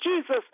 Jesus